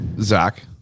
Zach